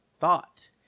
thought